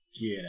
get